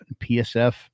PSF